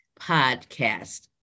podcast